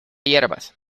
hierbas